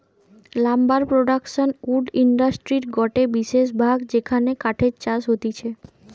lumber production wood ইন্ডাস্ট্রির গটে বিশেষ ভাগ যেখানে কাঠের চাষ হতিছে